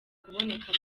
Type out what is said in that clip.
kuboneka